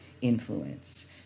influence